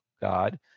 God